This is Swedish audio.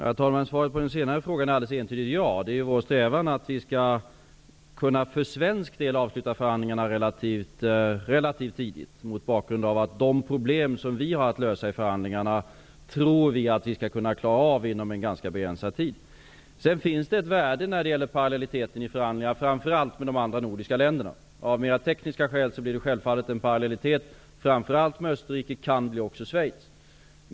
Herr talman! Svaret på den senare frågan är entydigt ja. Det är vår strävan att vi för svensk del skall kunna avsluta förhandlingarna relativt tidigt. Mot bakgrund av de problem som vi har att lösa i förhandlingarna tror vi att vi skall klara av detta inom en ganska begränsad tid. Sedan finns det ett värde när det gäller parallelliteten i förhandlingarna framför allt med de andra nordiska länderna. Av mer tekniska skäl blir det självfallet en parallellitet framför allt med Österrike och kanske också med Schweiz.